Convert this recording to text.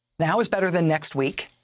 now is better than next week.